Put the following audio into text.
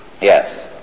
Yes